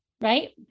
right